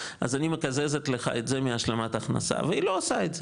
אז אני מקזזת לך את זה מהשלמת הכנסה" והיא לא עושה את זה.